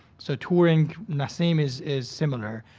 so touring nassim is is similar.